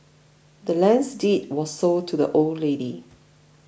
the land's deed was sold to the old lady